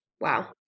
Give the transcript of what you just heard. Wow